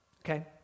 Okay